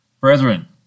Brethren